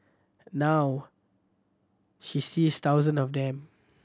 now she sees thousand of them